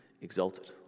exalted